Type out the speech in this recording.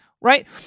right